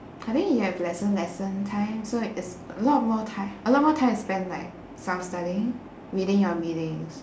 I think you have lesser lesson time so it's a lot more time a lot more time to spend like self-studying reading your readings